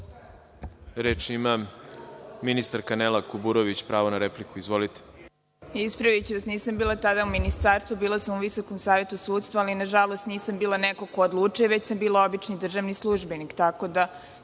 ima ministarka Nela Kuburović. Pravo na repliku. Izvolite. **Nela Kuburović** Ispraviću vas, nisam bila tada u ministarstvu bila sam u Visokom savetu sudstva, ali na žalost nisam bila neko ko odlučuje već sam bila obični državni službenik. Tako da